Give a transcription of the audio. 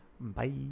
Bye